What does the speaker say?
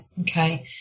Okay